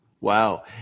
Wow